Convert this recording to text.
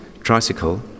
tricycle